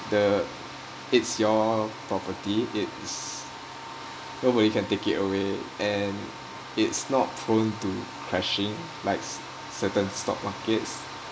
the it's your property it's nobody can take it away and it's not prone to crashing like certain stock markets